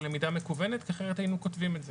למידה מקוונת כי אחרת היינו כותבים את זה.